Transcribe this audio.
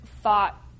thought